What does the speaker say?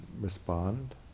respond